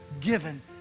given